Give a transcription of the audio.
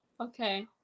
Okay